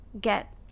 get